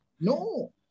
No